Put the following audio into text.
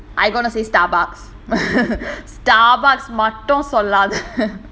I'm going to say Starbucks Starbucks இல்ல இல்ல சொல்ல மாட்டேன்:illa illa solla mattaen